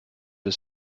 ist